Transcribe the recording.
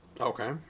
Okay